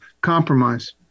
compromise